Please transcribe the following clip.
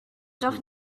doch